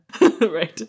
Right